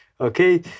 Okay